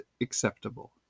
acceptable